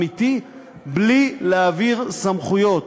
בלי להעביר סמכויות